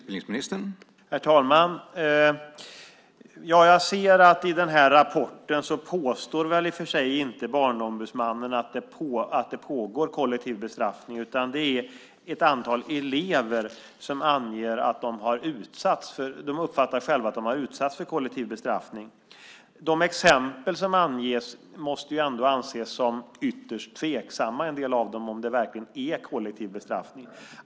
Herr talman! I den här rapporten påstår i och för sig inte Barnombudsmannen att det pågår kollektiv bestraffning, utan det är ett antal elever som själva uppfattar att de har utsatts för kollektiv bestraffning. När det gäller en del av de exempel som anges måste det ändå anses som ytterst tveksamt om det verkligen är kollektiv bestraffning.